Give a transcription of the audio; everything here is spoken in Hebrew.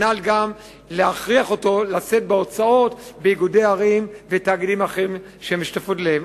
גם להכריח אותו לשאת בהוצאות באיגודי ערים ותאגידים אחרים שמשותפים להם.